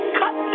cut